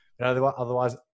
Otherwise